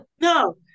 No